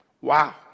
Wow